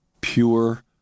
pure